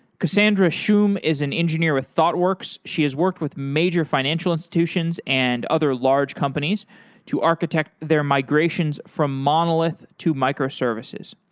cassandra shum is an engineer with thoughtworks, she has worked with major financial institutions and other large companies to architect their migrations from monolith to microservices.